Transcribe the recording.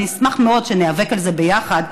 אני אשמח מאוד שניאבק על זה ביחד,